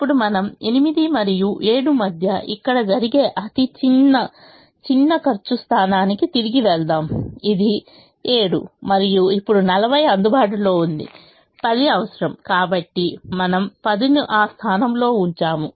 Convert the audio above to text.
ఇప్పుడు మనము 8 మరియు 7 మధ్య ఇక్కడ జరిగే అతిచిన్న చిన్న ఖర్చు స్థానానికి తిరిగి వెళ్దాం ఇది 7 మరియు ఇప్పుడు 40 అందుబాటులో ఉంది 10 అవసరం కాబట్టి మనము 10 ను ఆ స్థానంలో ఉంచుతాము